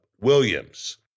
Williams